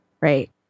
right